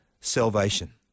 salvation